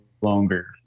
longer